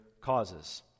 causes